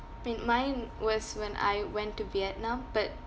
think mine was when I went to vietnam but